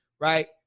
Right